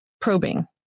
probing